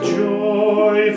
joy